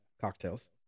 cocktails